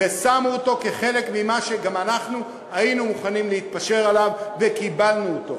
ושמו אותו כחלק ממה שגם אנחנו היינו מוכנים להתפשר עליו וקיבלנו אותו.